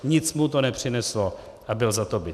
Nic mu to nepřineslo a byl za to bit.